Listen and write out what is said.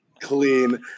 clean